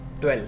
12